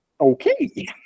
Okay